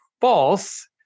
false